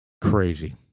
Crazy